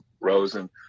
Rosen